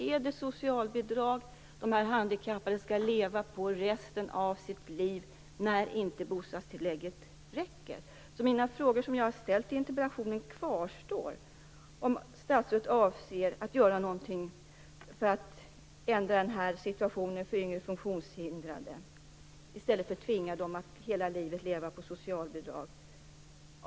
Är det socialbidrag som dessa handikappade skall leva på under resten av deras liv när inte bostadsbidraget räcker till? De frågor som jag har ställt i interpellationen kvarstår alltså: Avser statsrådet att göra någonting för att ändra situationen för yngre funktionshindrade i stället för att tvinga dem att hela livet leva på socialbidrag?